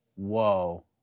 Whoa